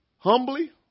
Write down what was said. Humbly